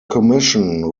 commission